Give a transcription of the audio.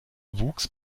wuchs